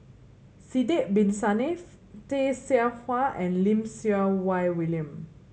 Sidek Bin Saniff Tay Seow Huah and Lim Siew Wai William